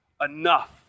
enough